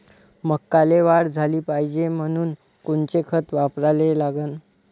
मक्याले वाढ झाली पाहिजे म्हनून कोनचे खतं वापराले लागन?